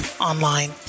online